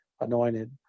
anointed